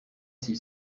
s’il